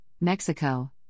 Mexico